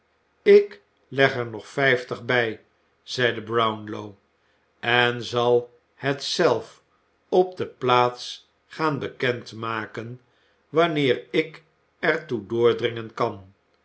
ik leg er nog vijftig bij zeide brownlow en zal het zelf op de plaats gaan bekend maken wanneer ik er toe doordringen kan